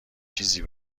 چیزی